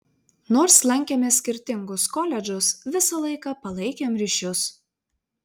nors lankėme skirtingus koledžus visą laiką palaikėm ryšius